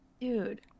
Dude